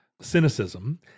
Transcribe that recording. cynicism